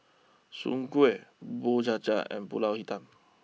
Soon Kway Bubur Cha Cha and Pulut Hitam